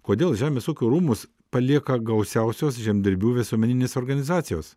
kodėl žemės ūkio rūmus palieka gausiausios žemdirbių visuomeninės organizacijos